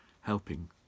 helping